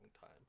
time